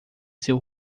seu